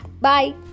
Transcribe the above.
Bye